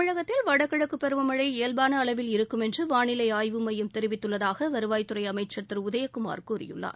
தமிழகத்தில் வடகிழக்கு பருவமனழ இயல்பான அளவில் இருக்குமென்று வானிலை ஆய்வு மையம் தெரிவித்துள்ளதாக வருவாய் துறை அமைச்சா் திரு உதயகுமார் கூறியுள்ளார்